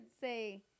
say